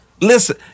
Listen